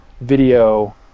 video